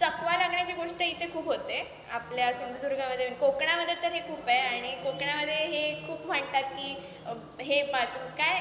चकवा लागण्याची गोष्ट इथे खूप होते आपल्या सिंधुदुर्गामध्ये कोकणामध्ये तर हे खूप आहे आणि कोकणामध्ये हे खूप म्हणतात की हे पाळतो काय